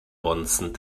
bonzen